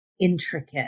intricate